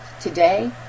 today